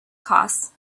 costs